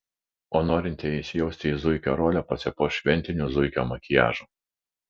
o norintieji įsijausti į zuikio rolę pasipuoš šventiniu zuikio makiažu